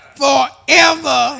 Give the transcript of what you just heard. forever